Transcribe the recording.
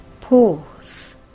pause